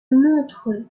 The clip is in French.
montre